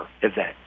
event